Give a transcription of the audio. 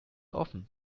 offen